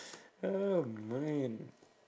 oh man